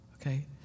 okay